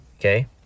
okay